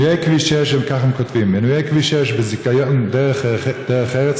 ככה הם כותבים: מנויי כביש 6 בזיכיון דרך ארץ